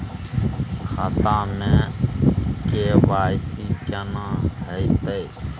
खाता में के.वाई.सी केना होतै?